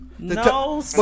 No